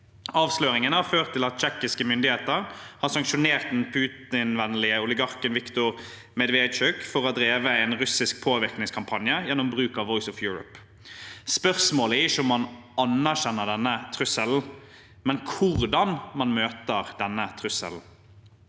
Avsløringen har ført til at tsjekkiske myndigheter har sanksjonert den Putin-vennlige oligarken Viktor Medvedtsjuk for å ha drevet en russisk påvirkningskampanje gjennom bruk av Voice of Europe. Spørsmålet er ikke om man anerkjenner denne trusselen, men hvordan man møter denne trusselen.